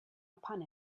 upon